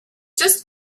just